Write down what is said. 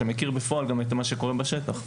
שמכיר בפועל גם את מה שקורה בשטח.